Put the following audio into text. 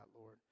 Lord